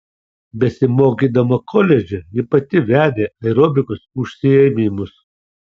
besimokydama koledže ji pati vedė aerobikos užsiėmimus